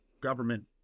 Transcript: government